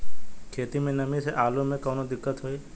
खेत मे नमी स आलू मे कऊनो दिक्कत होई?